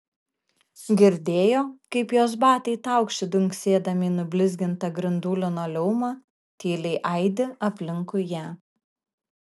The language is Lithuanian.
girdėjo kaip jos batai taukši dunksėdami į nublizgintą grindų linoleumą tyliai aidi aplinkui ją